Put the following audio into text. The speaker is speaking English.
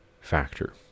factor